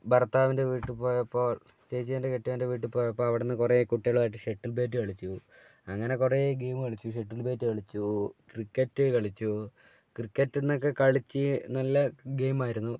ഭർത്താവിൻ്റെ വീട്ടിൽപ്പോയപ്പോൾ ചേച്ചീൻ്റെ കെട്ടിയവൻ്റെ വീട്ടിൽപ്പോയപ്പോൾ അവിടെനിന്ന് കുറേ കുട്ടികളുമായിട്ട് ഷട്ടിൽ ബാറ്റ് കളിച്ചു അങ്ങനെ കുറേ ഗെയിം കളിച്ചു ഷട്ടിൽ ബാറ്റ് കളിച്ചു ക്രിക്കറ്റ് കളിച്ചൂ ക്രിക്കറ്റ് എന്നൊക്കെ കളിച്ച് നല്ല ഗെയിം ആയിരുന്നു